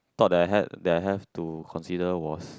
thought that I had that I have to consider was